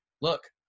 look